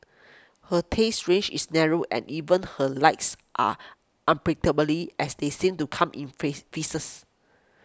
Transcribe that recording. her taste range is narrow and even her likes are unpredictably as they seem to come in phase phases